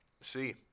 See